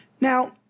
Now